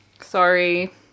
Sorry